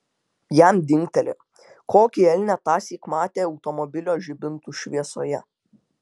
jam dingtelėjo kokį elnią tąsyk matė automobilio žibintų šviesoje